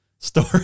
Story